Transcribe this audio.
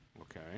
Okay